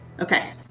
Okay